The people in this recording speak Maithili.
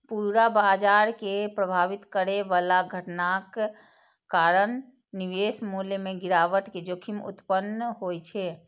पूरा बाजार कें प्रभावित करै बला घटनाक कारण निवेश मूल्य मे गिरावट के जोखिम उत्पन्न होइ छै